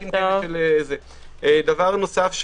דבר נוסף,